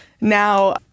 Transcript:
now